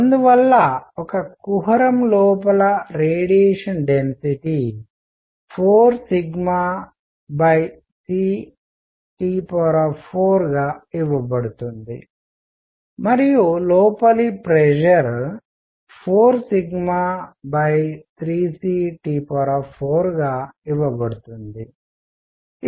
అందువల్ల ఒక కుహరం లోపల radiation density 4 sigma c T 4 గా ఇవ్వబడుతుంది మరియు లోపలి ప్రెషర్ 4 సిగ్మా 3 c T 4 గా ఇవ్వబడుతుంది